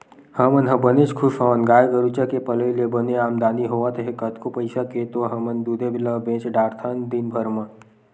हमन ह बने खुस हवन गाय गरुचा के पलई ले बने आमदानी होवत हे कतको पइसा के तो हमन दूदे ल बेंच डरथन दिनभर म